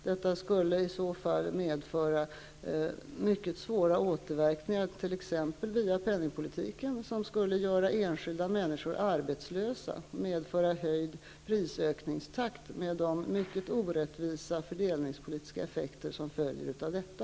Detta skulle i så fall medföra mycket svåra återverkningar, t.ex. via penningpolitiken, som skulle göra enskilda människor arbetslösa, och medföra höjd prisökningstakt, med de mycket orättvisa fördelningspolitiska effekter som följer av detta.